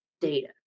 data